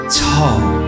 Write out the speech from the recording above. tall